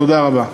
תודה רבה.